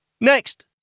Next